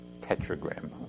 tetragram